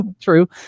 True